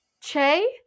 Che